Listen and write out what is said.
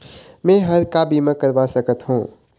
मैं हर का बीमा करवा सकत हो?